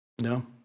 No